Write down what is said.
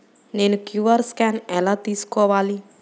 నేను QR scan ఎలా తీసుకోవాలి?